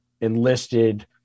enlisted